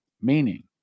Meaning